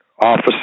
office